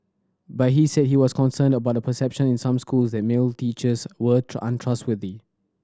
but he said he was concerned about a perception in some schools that male teachers were untrustworthy